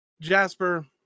Jasper